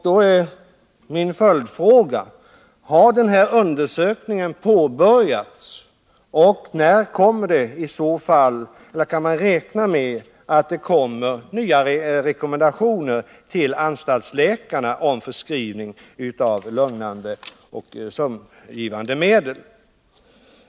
Då är min följdfråga: Har den här undersökningen påbörjats och när kan man i så fall räkna med att det kommer nya rekommendationer till anstaltsläkarna om förskrivning av lugnande och sömngivande medel?